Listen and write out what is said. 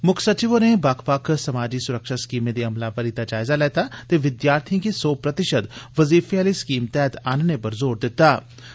म्क्ख सचिव होरें बक्ख बक्ख समाजी स्रक्षा स्कीमें दी अमलावरी दा जायज़ा लैता ते विद्यार्थियें गी सौ प्रतिशत वजीफे आली स्कीम तैहत आनने पर जोर पाया ऐ